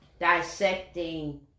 dissecting